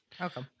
Okay